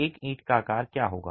एक ईंट का आकार क्या होगा